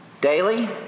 daily